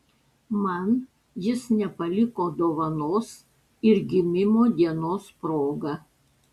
man jis nepaliko dovanos ir gimimo dienos proga